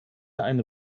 einen